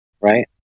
right